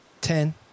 Ten